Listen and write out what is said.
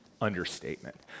Understatement